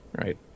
right